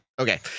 Okay